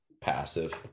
passive